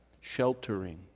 sheltering